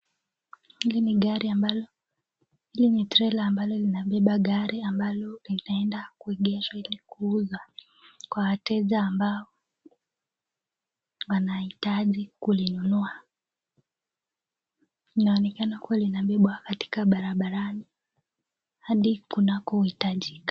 Hili ni gari ambalo, hili ni trela ambalo linabeba gari ambalo linaenda kuegeshwa ili kuuzwa kwa wateja ambao wanahitaji kulinunua, inaonekana kuwa linabebwa katika barabarani hadi kunako hitajika.